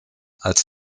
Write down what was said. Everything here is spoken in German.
als